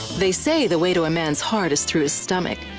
they say the way to a man's heart is through his stomach,